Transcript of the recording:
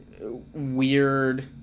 weird